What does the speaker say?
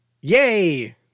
yay